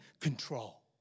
control